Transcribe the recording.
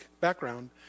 background